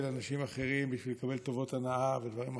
אנשים אחרים בשביל לקבל טובות הנאה ודברים אחרים.